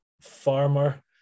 farmer